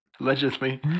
Allegedly